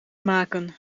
maken